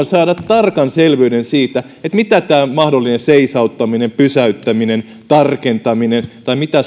saada tarkan selvyyden siitä mitä tämä mahdollinen seisauttaminen pysäyttäminen tarkentaminen tai mitä